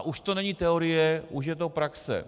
Už to není teorie, už je to praxe.